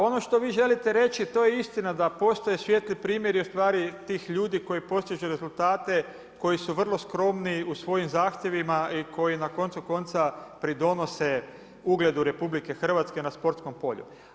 Ono što vi želite reći, to je istina da postoje svijetli primjeri ustvari tih ljudi koji postižu rezultate, koji su vrlo skromni u svojim zahtjevima i koji na koncu konca, pridonose ugledu RH na sportskom polju.